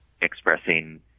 expressing